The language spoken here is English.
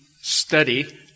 study